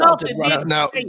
Now